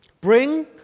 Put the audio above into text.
Bring